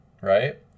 right